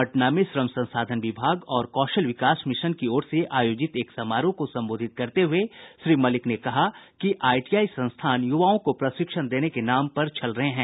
पटना में श्रम संसाधन विभाग और कौशल विकास मिशन की ओर से आयोजित एक समारोह को संबोधित करते हुये श्री मलिक ने कहा कि आईटीआई संस्थान युवाओं को प्रशिक्षण देने के नाम पर छल रहे हैं